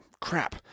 crap